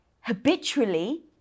habitually